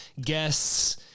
guests